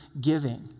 giving